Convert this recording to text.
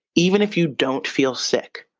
even if you don't feel sick,